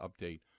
update